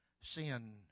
sin